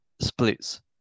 splits